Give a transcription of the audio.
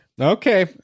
Okay